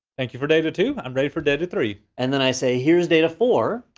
thank you for data two. i'm ready for data three. and then i say here's data four.